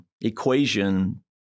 equation